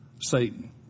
Satan